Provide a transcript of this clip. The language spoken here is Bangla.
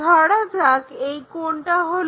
ধরা যাক এই কোণটা হলো